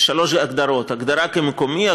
שלוש הגדרות: הגדרה כמקומי,